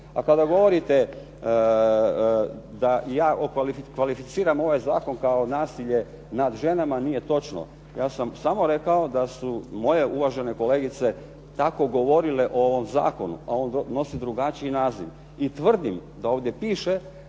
A kada govorite da ja okvalificiram ovaj zakon kao nasilje nad ženama, nije točno. Ja sam samo rekao da su moje uvažene kolegice tako govorile o ovom zakonu, a on nosi drugačiji naziv, i tvrdim da ovdje piše